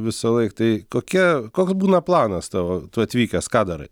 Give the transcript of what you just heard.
visąlaik tai kokia koks būna planas tavo tu atvykęs ką darai